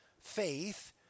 faith